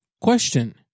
Question